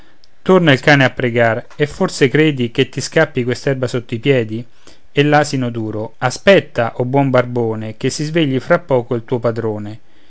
torna il cane a pregar e forse credi che ti scappi quest'erba sotto i piedi e l'asin duro aspetta o buon barbone che si svegli fra poco il tuo padrone